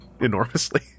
enormously